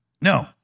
No